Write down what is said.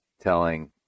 telling